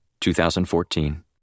2014